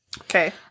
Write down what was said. Okay